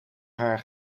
haar